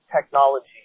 technology